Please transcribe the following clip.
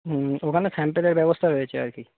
হুম ওখানে স্যাম্পেলের ব্যবস্থা রয়েছে আর কি